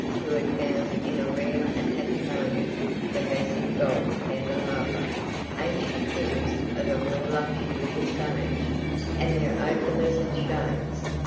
who had found in a rare and happy moment the massive gold candelabra ancient things of a more luxurious age and their opalescent shades.